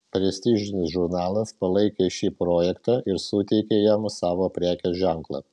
prestižinis žurnalas palaikė šį projektą ir suteikė jam savo prekės ženklą